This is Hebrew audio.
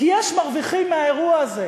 כי יש מרוויחים מהאירוע הזה.